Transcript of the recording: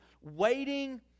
waiting